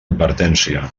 advertència